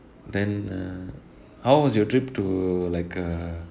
then how was your trip to like uh